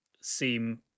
seem